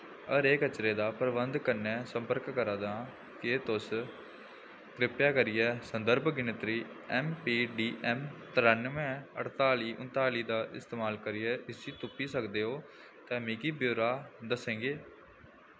हरे कचरे दा प्रबंधन कन्नै संपर्क करा दा आं केह् तुस कृपा करियै संदर्भ गिनतरी ऐम्म पी डी ऐम्म तरानुऐं अड़ताली उनताली दा इस्तेमाल करियै इस्सी तुप्पी सकदे ओ ते मिगी ब्यौरा दसगे